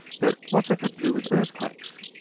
but what's that got to do with earthquakes?